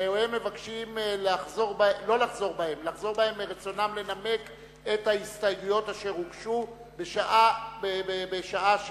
שהם מבקשים לחזור בהם מרצונם לנמק את ההסתייגויות אשר הוגשו בשעה 07:20,